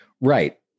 right